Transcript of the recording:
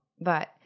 but-